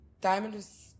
diamonds